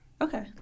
Okay